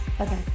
Okay